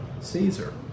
Caesar